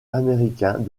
américains